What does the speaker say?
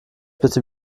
bitte